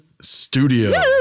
studio